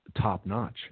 top-notch